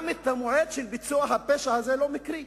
גם המועד של ביצוע הפשע הזה לא מקרי.